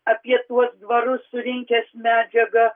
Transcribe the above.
apie tuos dvarus surinkęs medžiagą